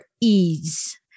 ease